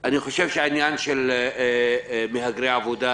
אני חושב שהעניין של מהגרי עבודה